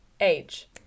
Age